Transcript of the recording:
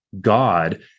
God